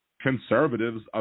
conservatives